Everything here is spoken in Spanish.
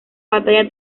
batalla